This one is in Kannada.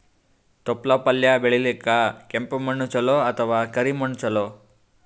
ತೊಪ್ಲಪಲ್ಯ ಬೆಳೆಯಲಿಕ ಕೆಂಪು ಮಣ್ಣು ಚಲೋ ಅಥವ ಕರಿ ಮಣ್ಣು ಚಲೋ?